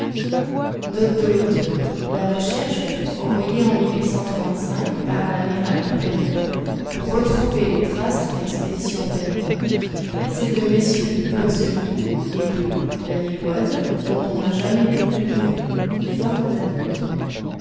la recherche fut envoyée en par l'amiral duperré pour retrouver les traces d'une expédition perdue celle de m de blosseville et de la lilloise dont on n'a jamais eu de nouvelles